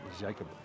Jacob